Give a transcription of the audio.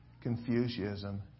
Confucianism